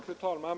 Fru talman!